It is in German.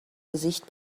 gesicht